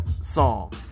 song